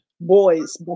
boys